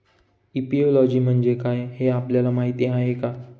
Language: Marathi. एपियोलॉजी म्हणजे काय, हे आपल्याला माहीत आहे का?